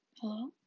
hello